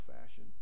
fashion